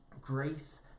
Grace